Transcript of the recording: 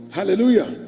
Hallelujah